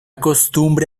costumbre